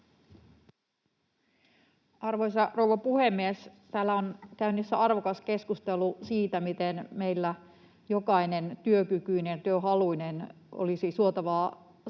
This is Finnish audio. Arvoisa rouva puhemies! Täällä on käynnissä arvokas keskustelu siitä, miten meillä jokaisen työkykyisen, työhaluisen olisi suotavaa